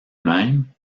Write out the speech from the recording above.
même